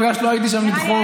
זה בגלל שלא הייתי שם לדחוף.